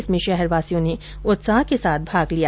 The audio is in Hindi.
इसमें शहरवासियों ने उत्साह के साथ भाग लिया